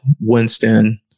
Winston